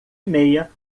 meia